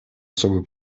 особую